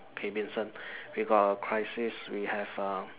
okay Vincent we got a crisis we have a